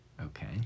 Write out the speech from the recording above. Okay